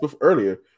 earlier –